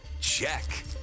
check